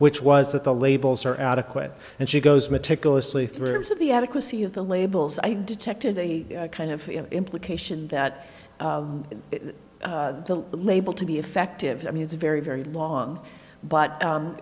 which was that the labels are adequate and she goes meticulously through the adequacy of the labels i detected a kind of implication that the label to be effective i mean it's a very very long but